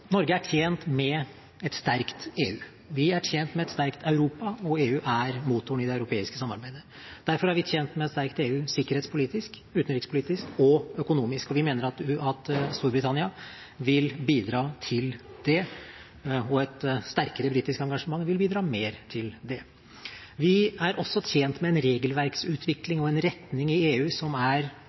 Norge er tjent med et sterkt EU. Vi er tjent med et sterkt Europa, og EU er motoren i det europeiske samarbeidet. Derfor er vi tjent med et sterkt EU sikkerhetspolitisk, utenrikspolitisk og økonomisk. Vi mener at Storbritannia vil bidra til det – og et sterkere britisk engasjement vil bidra mer til det. Vi er også tjent med en regelverksutvikling og en retning i EU som er